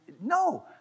No